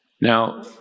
Now